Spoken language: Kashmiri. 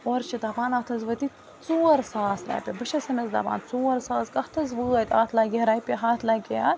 اورٕ چھُ دَپان اَتھ حظ وٲتی ژور ساس رۄپیہِ بہٕ چھیٚس امِس دَپان ژور ساس کَتھ حظ وٲتۍ اَتھ لَگہِ ہے رۄپیہِ ہتھ لَگہِ ہے اَتھ